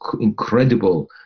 incredible